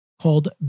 called